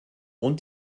und